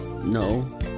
No